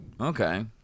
Okay